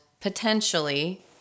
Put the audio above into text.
potentially